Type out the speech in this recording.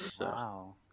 Wow